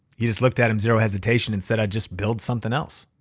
he just looked at him zero hesitation and said, i'd just build something else,